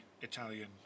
Italian